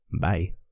bye